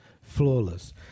flawless